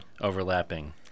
overlapping